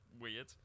weird